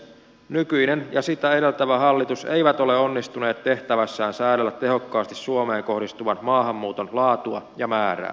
nykyinen ja sitä edeltävä hallitus eivät ole onnistuneet tehtävässään säädellä tehokkaasti suomeen kohdistuvan maahanmuuton laatua ja määrää